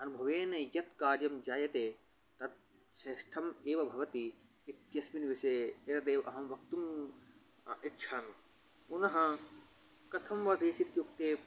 अनुभवेन यत् कार्यं जायते तत् श्रेष्ठम् एव भवति इत्यस्मिन् विषये एतदेव अहं वक्तुम् इच्छामि पुनः कथं वा चेदित्युक्ते